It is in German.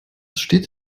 steht